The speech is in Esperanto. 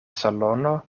salono